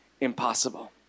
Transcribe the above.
impossible